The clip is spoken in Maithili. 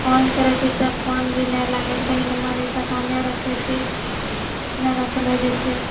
फोन करै छियै तऽ फोन भी नहि लागै छै सही नम्बर भी पता नहि रखै छै ने रखलए जाइ छै